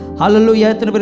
Hallelujah